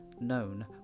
known